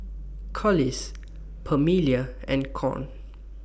Collis Pamelia and Con